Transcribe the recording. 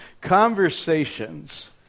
Conversations